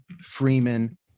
freeman